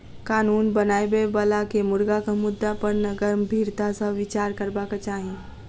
कानून बनाबय बला के मुर्गाक मुद्दा पर गंभीरता सॅ विचार करबाक चाही